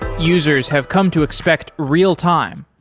users have come to expect real time,